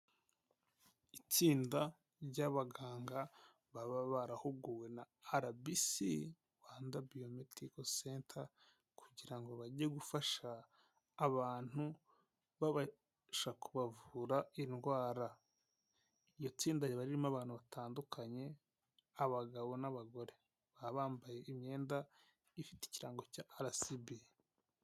Itsinda ry'abaganga baba barahuguwe na RBC, Rwanda Biomedical Center kugira ngo bajye gufasha abantu babasha kubavura indwara. Iryo tsinda riba ririmo abantu batandukanye, abagabo n'abagore, baba bambaye imyenda ifite ikirango cya RCB.